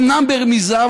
אומנם ברמיזה,